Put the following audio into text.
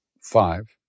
five